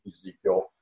Ezekiel